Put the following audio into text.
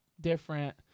different